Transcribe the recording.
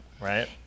right